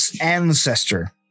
ancestor